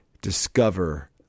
discover